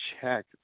check